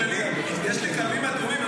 יש לי קווים אדומים,